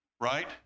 right